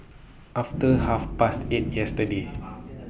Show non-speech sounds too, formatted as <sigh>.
<noise> after Half Past eight yesterday